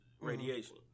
radiation